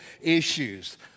issues